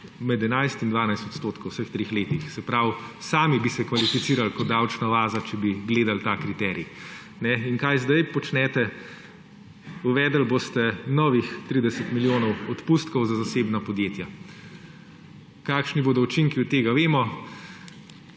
med 11 in 12 % v vseh treh letih. Se pravi, sami bi se kvalificirali kot davčna oaza, če bi gledal ta kriterij. In kaj zdaj počnete? Uvedli boste novih 30 milijonov odpustkov za zasebna podjetja. Kakšni bodo učinki, vemo.